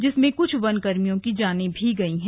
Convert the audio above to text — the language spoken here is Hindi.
जिसमें कुछ वन कर्मियों की जाने भी गई हैं